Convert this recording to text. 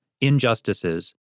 injustices